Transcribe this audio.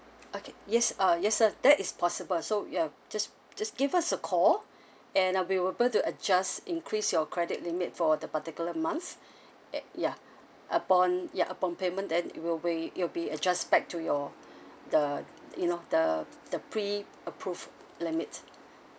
okay yes uh yes sir that is possible so ya just just give us a call and I will be able to adjust increase your credit limit for the particular month at ya upon ya upon payment then it will wait it will be adjust back to your the you know the the preapproved limit